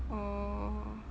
oh